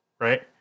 right